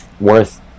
worth